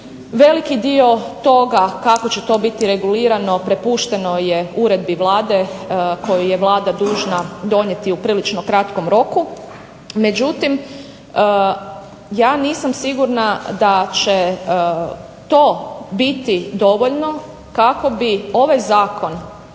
Veliki dio toga kako će to biti regulirano prepušteno je uredbi Vlade koju je Vlada dužna donijeti u prilično kratkom roku. Međutim, ja nisam sigurna da će to biti dovoljno kako bi ovaj Zakon